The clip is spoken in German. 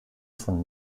von